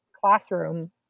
classroom